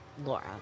Laura